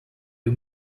you